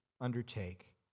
undertake